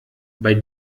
bei